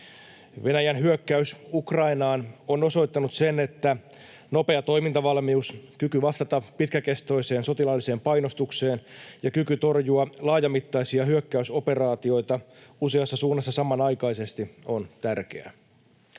Venäjän hyökkäys Ukrainaan on osoittanut sen, että nopea toimintavalmius, kyky vastata pitkäkestoiseen sotilaalliseen painostukseen ja kyky torjua laajamittaisia hyökkäysoperaatioita useassa suunnassa samanaikaisesti on tärkeää.